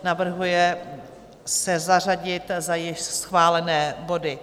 Navrhuje se zařadit za již schválené body.